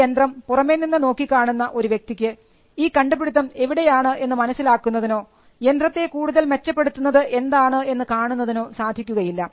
ഈ യന്ത്രം പുറമേ നിന്ന് നോക്കിക്കാണുന്ന ഒരു വ്യക്തിക്ക് ഈ കണ്ടുപിടിത്തം എവിടെയാണ് എന്ന് മനസ്സിലാക്കുന്നതിനോ യന്ത്രത്തെ കൂടുതൽ മെച്ചപ്പെടുത്തുന്നത് എന്താണ് എന്ന് കാണുന്നതിനോ സാധിക്കുകയില്ല